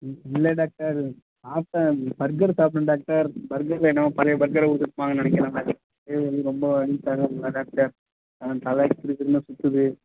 இல்லை டாக்டர் சாப்பிட்டேன் பர்கர் சாப்பிட்டேன் டாக்டர் பர்கரில் என்னமோ பழைய பர்கரை கொடுத்துருப்பாங்கனு நினைக்கிறேன் டாக்டர் ரொம்ப வலி தாங்கமுடில டாக்டர் அதான் தலை கிறு கிறுன்னு சுத்துது